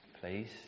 Please